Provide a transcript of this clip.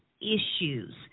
issues